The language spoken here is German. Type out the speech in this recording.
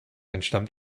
entstammt